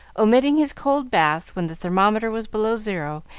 omitting his cold bath when the thermometer was below zero,